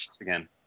again